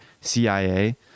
CIA